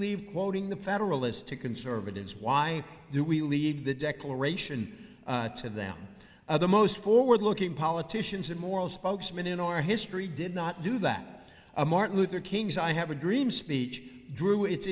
leave quoting the federalist to conservatives why do we leave the declaration to them of the most forward looking politicians and moral spokesmen in our history did not do that martin luther king's i have a dream speech drew it